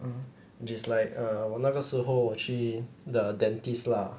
it's like err 我那个时候我去 the dentist lah